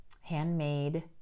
Handmade